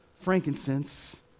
frankincense